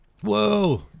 Whoa